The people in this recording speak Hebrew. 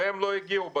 והם לא הגיעו בסוף.